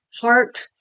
heart